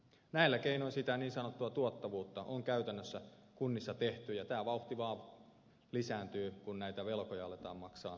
näillä keinoin sitä niin sanottua tuottavuutta on käytännössä kunnissa tehty ja tämä vauhti vaan lisääntyy kun näitä velkoja aletaan maksaa takaisinkin päin